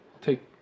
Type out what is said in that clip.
take